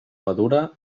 madura